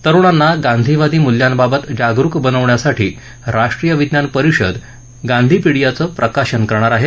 तरुणांना गांधीवादी मुल्यांबाबत जागरुक बनवण्यासाठी राष्ट्रीय विज्ञान परिषद गांधी पिडियाचं प्रकाशन करणार आहे